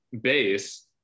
base